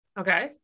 Okay